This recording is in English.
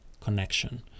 connection